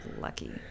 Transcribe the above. lucky